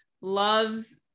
loves